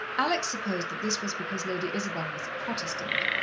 alex supposed that this was because lady isabel was a protestant!